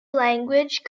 language